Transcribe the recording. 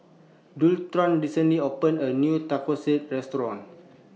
Daulton recently opened A New Tonkatsu Restaurant